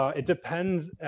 ah it depends.